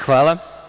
Hvala.